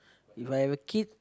If I have a kid